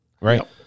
right